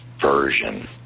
version